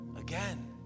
again